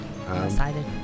excited